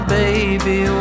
baby